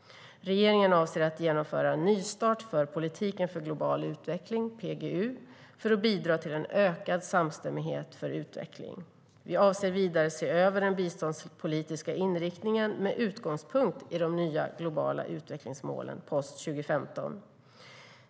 Regeringen avser att genomföra en nystart för politiken för global utveckling, PGU, för att bidra till en ökad samstämmighet för utveckling. Vi avser vidare att se över den biståndspolitiska inriktningen med utgångspunkt i de nya globala utvecklingsmålen post-2015.